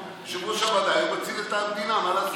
יושב-ראש הוועדה היום מציל את המדינה, מה לעשות.